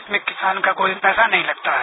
इसमें किसान का कोई पैसा नहीं लगता है